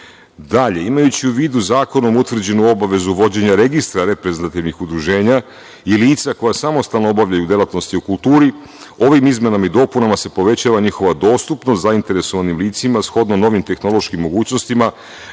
imajući u vidu zakonom utvrđenu obavezu vođenja registra reprezentativnih udruženja i lica koja samostalno obavljaju delatnosti u kulturi, ovim izmenama i dopunama se povećava njihova dostupnost zainteresovanim licima, shodno novim tehnološkim mogućnostima,